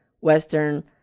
Western